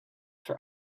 for